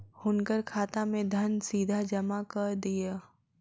हुनकर खाता में धन सीधा जमा कअ दिअ